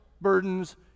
burdens